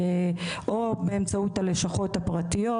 או באמצעות הלשכות הפרטיות,